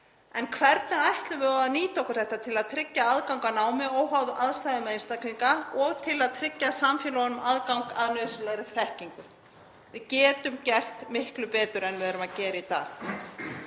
En hvernig ætlum við að nýta okkur þetta til að tryggja aðgang að námi óháð aðstæðum einstaklinga og til að tryggja samfélögunum aðgang að nauðsynlegri þekkingu? Við getum gert miklu betur en við erum að gera í dag.